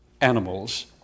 animals